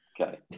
okay